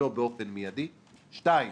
לא באופן מיידי; שתיים,